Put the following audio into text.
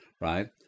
right